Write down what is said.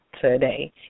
today